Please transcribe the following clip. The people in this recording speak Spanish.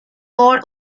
por